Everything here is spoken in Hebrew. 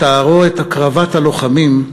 בתארו את הקרבת הלוחמים,